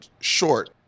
short